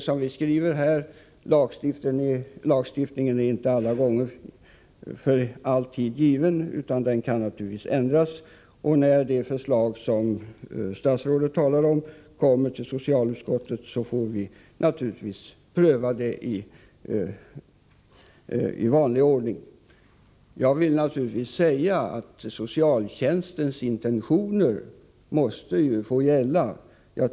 Som vi skriver är lagstiftningen inte given en gång för alla, utan den kan naturligtvis ändras. När det förslag som statsrådet talar om kommer till socialutskottet får vi naturligtvis pröva det i vanlig ordning. Socialtjänstlagens intentioner måste få gälla.